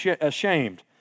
ashamed